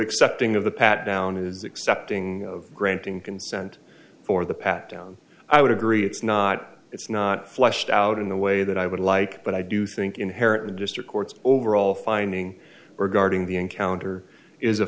accepting of the pat down is accepting of granting consent for the pat down i would agree it's not it's not fleshed out in the way that i would like but i do think inherently district courts overall finding regarding the encounter is